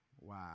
Wow